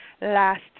last